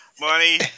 money